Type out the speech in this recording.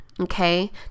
Okay